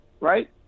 Right